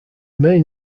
main